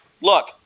look